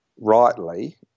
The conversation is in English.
rightly